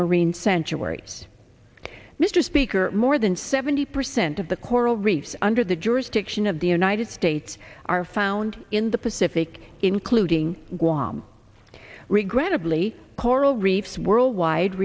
marine sanctuaries mr speaker more than seventy percent of the coral reefs under the jurisdiction of the united states are found in the pacific including guam regrettably coral reefs worldwide